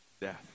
death